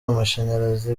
amashanyarazi